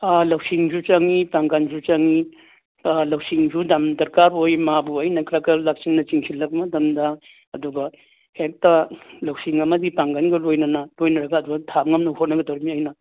ꯂꯧꯁꯤꯡꯖꯨ ꯆꯪꯏ ꯄꯥꯛꯒꯜꯁꯨ ꯆꯪꯏ ꯂꯧꯁꯤꯡꯁꯨ ꯌꯥꯝ ꯗꯔꯀꯥꯔ ꯑꯣꯏ ꯃꯥꯕꯨ ꯑꯩꯅ ꯀꯔꯛ ꯀꯔꯛ ꯂꯥꯛꯁꯤꯟꯅ ꯆꯤꯡꯁꯜꯂꯛ ꯃꯇꯝꯗ ꯑꯗꯨꯒ ꯍꯦꯛꯇ ꯂꯧꯁꯤꯡ ꯑꯃꯗꯤ ꯄꯥꯡꯒꯜꯒ ꯂꯣꯏꯅꯅ ꯂꯣꯏꯅꯔꯒ ꯑꯗꯨꯗ ꯊꯥꯕ ꯉꯝꯅꯕ ꯍꯣꯠꯅꯒꯗꯧꯔꯤꯃꯤ ꯑꯩꯅ